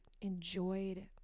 enjoyed